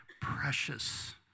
precious